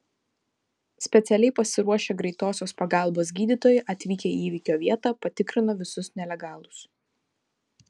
specialiai pasiruošę greitosios pagalbos gydytojai atvykę į įvykio vietą patikrino visus nelegalus